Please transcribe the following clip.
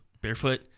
barefoot